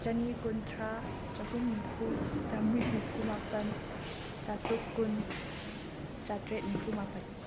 ꯆꯅꯤ ꯀꯨꯟꯊ꯭ꯔꯥ ꯆꯍꯨꯝ ꯅꯤꯐꯨ ꯆꯥꯃ꯭ꯔꯤ ꯅꯤꯐꯨꯃꯥꯄꯟ ꯆꯥꯇ꯭ꯔꯨꯛ ꯀꯨꯟ ꯆꯥꯇ꯭ꯔꯦꯠ ꯅꯤꯐꯨꯃꯥꯄꯟ